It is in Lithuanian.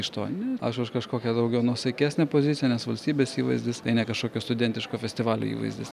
iš to ne aš už kažkokią daugiau nuosaikesnę poziciją nes valstybės įvaizdis tai ne kažkokio studentiško festivalio įvaizdis